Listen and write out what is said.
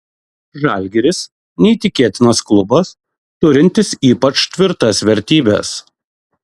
žalgiris neįtikėtinas klubas turintis ypač tvirtas vertybes